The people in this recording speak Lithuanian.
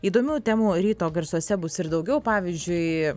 įdomių temų ryto garsuose bus ir daugiau pavyzdžiui